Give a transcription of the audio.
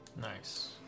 Nice